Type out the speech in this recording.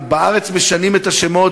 בארץ משנים את השמות,